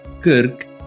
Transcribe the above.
Kirk